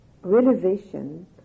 Realization